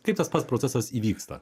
kaip tas pats procesas įvyksta